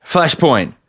Flashpoint